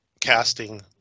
casting